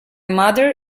mother